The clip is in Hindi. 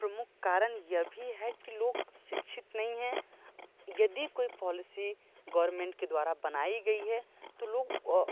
इसका प्रमुख कारण यह भी है की लोग शिक्षित नहीं है यदि कोई पॉलिसी गवर्नमेंट के द्वारा बनाई गई है तो लोग